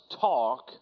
talk